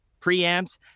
preamps